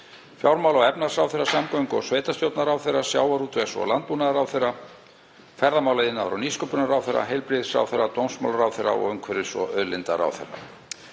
Fjármála- og efnahagsráðherra, samgöngu- og sveitarstjórnarráðherra, sjávarútvegs- og landbúnaðarráðherra, ferðamála-, iðnaðar-, og nýsköpunarráðherra, heilbrigðisráðherra, dómsmálaráðherra og umhverfis- og auðlindaráðherra.